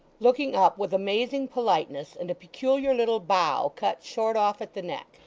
looking up with amazing politeness, and a peculiar little bow cut short off at the neck,